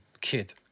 Kid